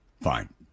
Fine